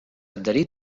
adherir